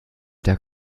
der